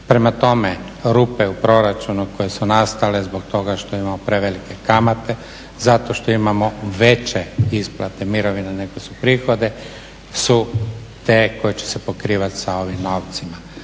Prema tome, rupe u proračunu koje su nastale zbog toga što imamo prevelike kamate, zato što imamo veće isplate mirovina nego prihode su te koje će se pokrivati sa ovim novcima.